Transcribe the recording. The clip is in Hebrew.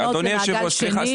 שבגינן ניתן למעגל השני.